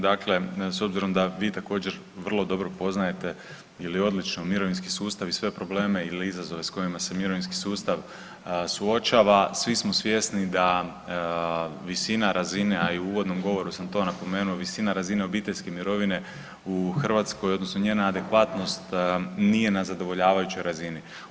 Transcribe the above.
Dakle, s obzirom da vi također vrlo dobro poznajete ili odlično mirovinski sustav i sve probleme ili izazove s kojima se mirovinski sustav suočava svi smo svjesni da visina razina, a i u uvodnom govoru sam to napomenuo, visina razine obiteljske mirovine u Hrvatskoj odnosno njena adekvatnost nije na zadovoljavajućoj razini.